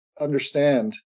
understand